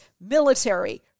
military